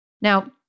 Now